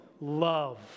love